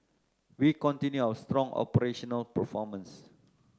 we continue our strong operational performance